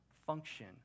function